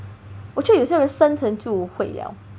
我觉得有些人生成就会了